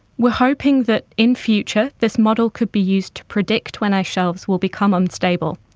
we're hoping that in future this model could be used to predict when ice shelves will become unstable.